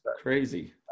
crazy